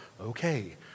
okay